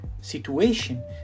situation